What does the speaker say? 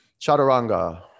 Chaturanga